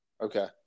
Okay